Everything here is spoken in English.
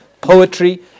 poetry